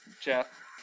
Jeff